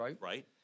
right